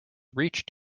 reached